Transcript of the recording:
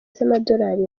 z’amadolari